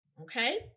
Okay